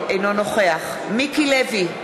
אינו נוכח מיקי לוי,